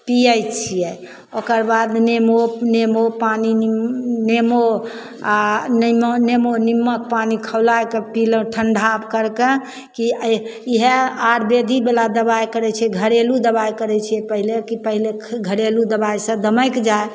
पीयै छियै ओकर बाद नेबो नेबो पानि नि नेबो आओर नेबो नेबो निमक पानि खौलायकऽ पीलहुँ ठण्डा करके कि इएहे आयुर्वेदीवला दवाइ करय छियै घरेलू दवाइ करय छियै कि पहिले घरेलू दवाइसँ दमकि जाइ